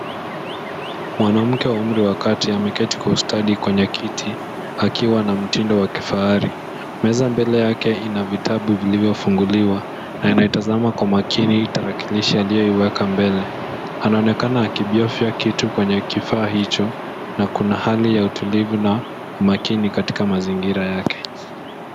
Mwanamke wa umri wa kati ameketi kwa ustadi kwenye kiti akiwa na mtindo wa kifahari. Meza mbele yake ina vitabu vilivyo funguliwa na anaitazama kwa makini tarakilishi aliyoiweka mbele. Anaonekana akibofya kitu kwenye kifaa hicho, na kuna hali ya utulivu na umakini katika mazingira yake.